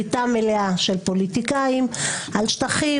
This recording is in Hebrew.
שליטה מלאה של פוליטיקאים על שטחים